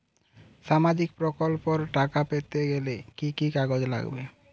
সামাজিক প্রকল্পর টাকা পেতে গেলে কি কি কাগজ লাগবে?